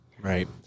Right